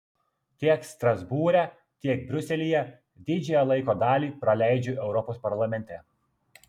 tiek strasbūre tiek briuselyje didžiąją laiko dalį praleidžiu europos parlamente